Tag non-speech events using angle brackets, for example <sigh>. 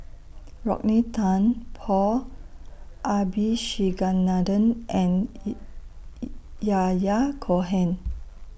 Rodney Tan Paul Abisheganaden and <unintelligible> Yahya Cohen